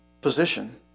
position